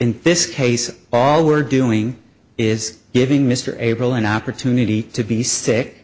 in this case all we're doing is giving mr abel an opportunity to be sick